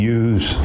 use